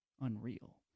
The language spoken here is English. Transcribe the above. unreal